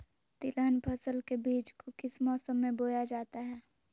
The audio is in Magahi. तिलहन फसल के बीज को किस मौसम में बोया जाता है?